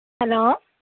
hello